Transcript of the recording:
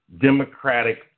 Democratic